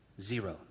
Zero